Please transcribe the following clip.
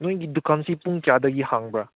ꯅꯈꯣꯏꯒꯤ ꯗꯨꯀꯥꯟꯁꯦ ꯄꯨꯡ ꯀꯌꯥꯗꯒꯤ ꯍꯥꯡꯕ꯭ꯔꯥ